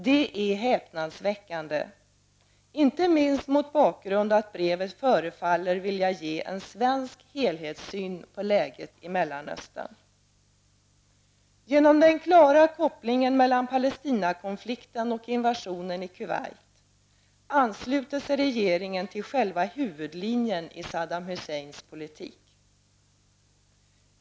Detta är häpnadsväckande, inte minst mot bakgrund av att brevet förefaller vilja ge en svensk helhetssyn på läget i Mellersta Östern. Genom den klara kopplingen mellan Palestinakonflikten och invasionen i Kuwait ansluter sig regeringen till själva huvudlinjen i Saddam Husseins politik.